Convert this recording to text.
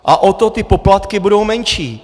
A o to ty poplatky budou menší.